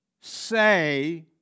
say